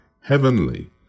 heavenly